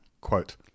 quote